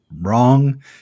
wrong